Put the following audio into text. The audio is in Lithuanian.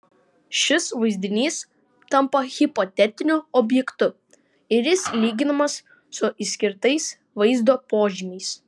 šis vaizdinys tampa hipotetiniu objektu ir jis lyginamas su išskirtais vaizdo požymiais